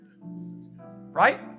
Right